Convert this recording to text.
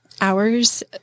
hours